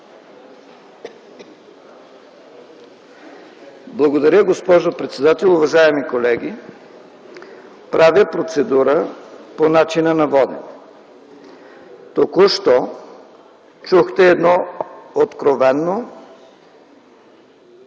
Благодаря, госпожо председател. Уважаеми колеги, правя процедура по начина на водене. Току-що чухте едно откровено